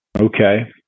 Okay